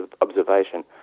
observation